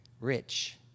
rich